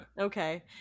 Okay